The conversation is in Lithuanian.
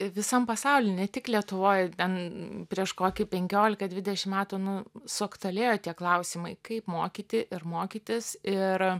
visam pasauly ne tik lietuvoj ten prieš kokį penkiolika dvidešim metų nu suaktualėjo tie klausimai kaip mokyti ir mokytis ir